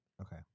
Okay